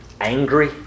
angry